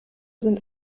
sind